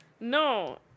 No